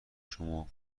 شما